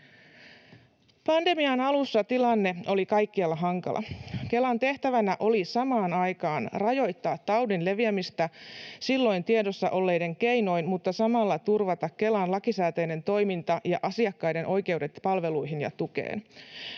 Pandemian alussa tilanne oli kaikkialla hankala. Kelan tehtävänä oli samaan aikaan rajoittaa taudin leviämistä silloin tiedossa olleiden keinoin mutta samalla turvata Kelan lakisääteinen toiminta ja asiakkaiden oikeudet palveluihin ja tukeen.